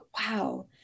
wow